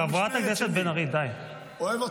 אוהב אתכם.